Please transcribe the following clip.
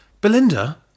Belinda